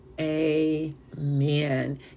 Amen